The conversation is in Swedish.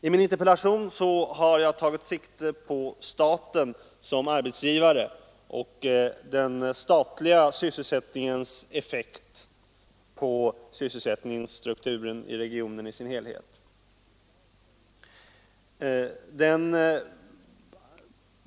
I min interpellation har jag tagit sikte på staten som arbetsgivare och den statliga sysselsättningens effekt på sysselsättningsstrukturen i regionen i dess helhet.